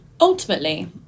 Ultimately